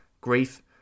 Grief